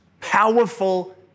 powerful